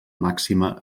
màxima